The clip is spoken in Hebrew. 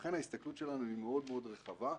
לכן ההסתכלות שלנו מאוד מאוד רחבה.